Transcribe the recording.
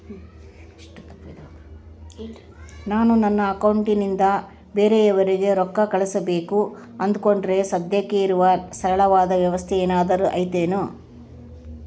ನಾನು ನನ್ನ ಅಕೌಂಟನಿಂದ ಬೇರೆಯವರಿಗೆ ರೊಕ್ಕ ಕಳುಸಬೇಕು ಅಂದುಕೊಂಡರೆ ಸದ್ಯಕ್ಕೆ ಇರುವ ಸರಳವಾದ ವ್ಯವಸ್ಥೆ ಏನಾದರೂ ಐತೇನು?